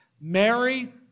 Mary